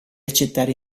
accettare